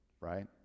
right